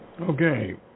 Okay